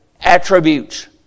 attributes